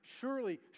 Surely